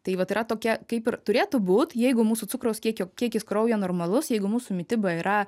tai vat yra tokia kaip ir turėtų būt jeigu mūsų cukraus kiekio kiekis kraujyje normalus jeigu mūsų mityba yra